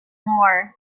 more